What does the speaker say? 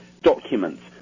documents